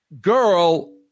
girl